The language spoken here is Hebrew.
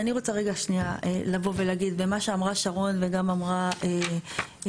אני רוצה רגע שנייה לבוא ולהגיד במה שאמרה שרון וגם אמרה נעה.